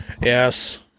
yes